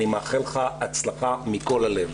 אני מאחל לך הצלחה מכל הלב.